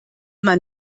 man